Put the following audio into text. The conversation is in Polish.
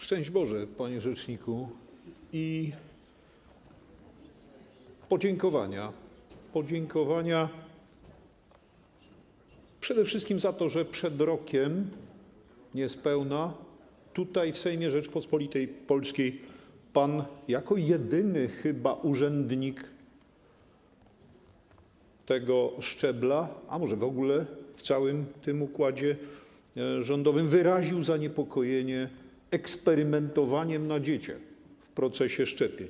Szczęść Boże, panie rzeczniku, i podziękowania - podziękowania przede wszystkim za to, że przed niespełna rokiem tutaj, w Sejmie Rzeczypospolitej Polskiej pan, chyba jako jedyny urzędnik tego szczebla, a może w ogóle w całym tym układzie rządowym, wyraził zaniepokojenie eksperymentowaniem na dzieciach w procesie szczepień.